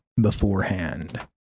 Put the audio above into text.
beforehand